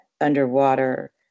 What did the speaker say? underwater